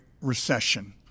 Recession